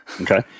Okay